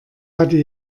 hatte